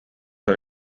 are